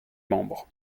membres